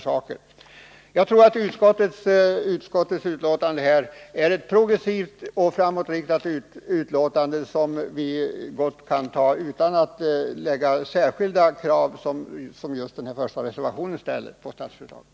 Jag anser att utskottets förslag är progressivt och framåtsyftande och att vi kan bifalla det utan att ställa särskilda krav på Statsföretag som man vill göra i den första reservationen.